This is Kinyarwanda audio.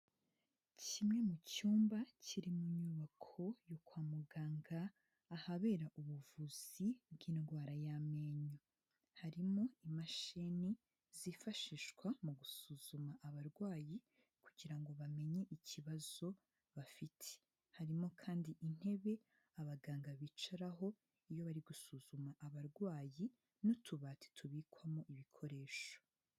Kimwe mu cyumba kiri mu nyubako yo kwa muganga ahabera ubuvuzi bw'indwara y'amenyo, harimo imashini zifashishwa mu gusuzuma abarwayi kugira ngo bamenye ikibazo bafite, harimo kandi intebe abaganga bicaraho iyo bari gusuzuma abarwayi n'utubati tubikwamo ibikoresho.